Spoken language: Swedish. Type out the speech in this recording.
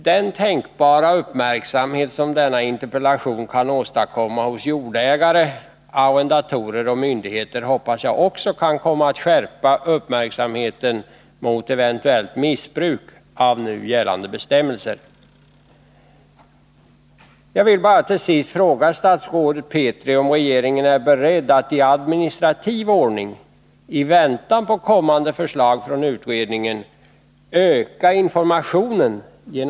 Den tänkbara uppmärksamhet som denna interpellation kan åstadkomma hos jordägare, arrendatorer och myndigheter hoppas jag också kan komma att skärpa vaksamheten mot eventuellt missbruk av nu gällande bestämmelser. Herr talman!